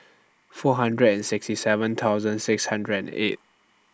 four hundred and sixty seven six hundred and eight